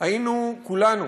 היינו כולנו,